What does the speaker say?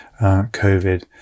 COVID